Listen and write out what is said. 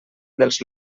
dels